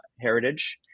heritage